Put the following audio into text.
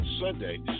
Sunday